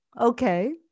okay